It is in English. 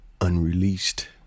unreleased